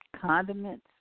condiments